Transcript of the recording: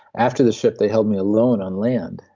after the ship they held me alone on land,